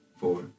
four